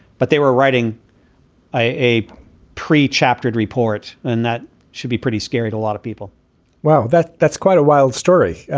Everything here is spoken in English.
but they were writing a pre chaptered report. and that should be pretty scary to a lot of people well, that's that's quite a wild story.